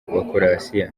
croatia